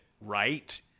right